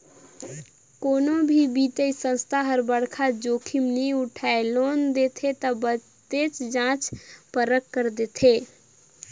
कोनो भी बित्तीय संस्था हर बड़खा जोखिम नी उठाय लोन देथे ता बतेच जांच परख कर देथे